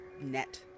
net